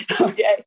Okay